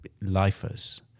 lifers